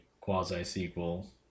quasi-sequel